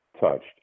touched